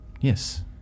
Yes